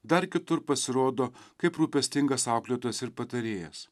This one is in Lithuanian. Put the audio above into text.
dar kitur pasirodo kaip rūpestingas auklėtojas ir patarėjas